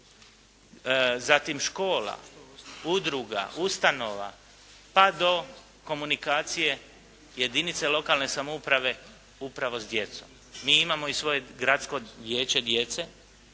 zatim škola, udruga, ustanova, pa do komunikacije jedinice lokalne samouprave upravo s djecom. Mi imamo i svoje Gradsko vijeće djece